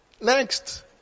Next